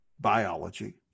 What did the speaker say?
biology